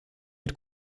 mit